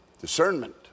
Discernment